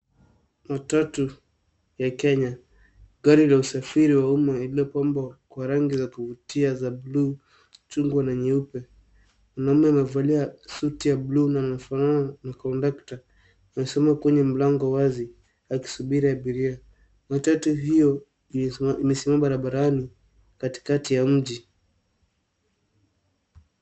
Matatu ya Kenya. Gari la usafiri wa umma iliyopambwa kwa rangi za kuvutia za bluu, chungwa na nyeupe. Mwanaume amevalia suti ya bluu na amefanana na kondakta amesimama kwenye mlango wazi akisubiri abiria. Matatu hiyo imesimama barabarani katikati ya mji.